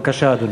בבקשה, אדוני.